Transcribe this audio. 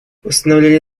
восстановление